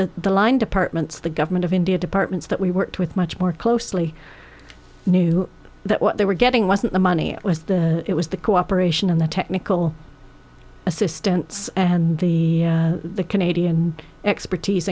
that the line departments the government of india departments that we worked with much more closely knew that what they were getting wasn't the money it was the it was the cooperation and the technical assistance and the canadian expertise